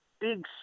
Big